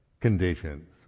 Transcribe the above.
conditions